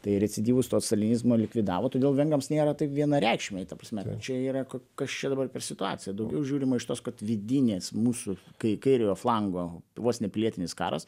tai recidyvus tuos stalinizmo likvidavo todėl vengrams nėra taip vienareikšmiai ta prasme čia yra ko kas čia dabar per situacija daugiau žiūrima iš tos kad vidinės mūsų kai kairiojo flango vos ne pilietinis karas